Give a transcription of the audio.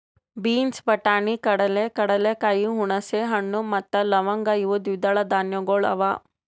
beans, ಬಟಾಣಿ, ಕಡಲೆ, ಕಡಲೆಕಾಯಿ, ಹುಣಸೆ ಹಣ್ಣು ಮತ್ತ ಲವಂಗ್ ಇವು ದ್ವಿದಳ ಧಾನ್ಯಗಳು ಅವಾ